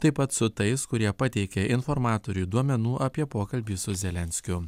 taip pat su tais kurie pateikė informatoriui duomenų apie pokalbį su zelenskiu